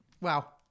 Wow